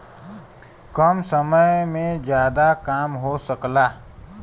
कम समय में जादा काम हो सकला